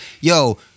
Yo